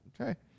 Okay